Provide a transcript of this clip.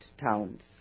towns